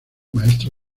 maestro